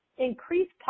increased